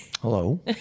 Hello